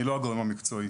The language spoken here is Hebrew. אני לא הגורם המקצועי.